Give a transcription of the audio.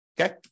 Okay